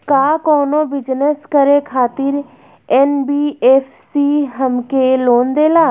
का कौनो बिजनस करे खातिर एन.बी.एफ.सी हमके लोन देला?